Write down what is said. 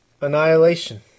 Annihilation